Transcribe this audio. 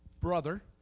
brother